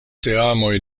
teamoj